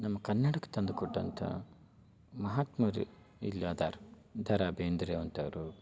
ನಮ್ಮ ಕನ್ನಡಕ್ಕೆ ತಂದು ಕೊಟ್ಟಂಥ ಮಹಾತ್ಮರು ಇಲ್ಲಿ ಅದಾರ ದ ರಾ ಬೇಂದ್ರೆ ಅಂಥವರು